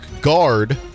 guard